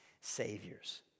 saviors